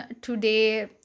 today